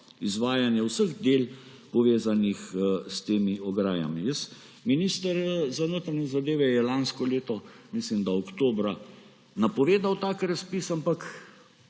izvajanje vseh del, povezanih s temi ograjami. Minister za notranje zadeve je lansko leto – mislim, da oktobra – napovedal tak razpis, ampak